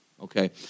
Okay